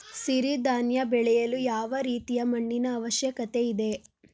ಸಿರಿ ಧಾನ್ಯ ಬೆಳೆಯಲು ಯಾವ ರೀತಿಯ ಮಣ್ಣಿನ ಅವಶ್ಯಕತೆ ಇದೆ?